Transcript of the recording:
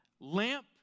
lamp